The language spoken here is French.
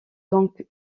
donc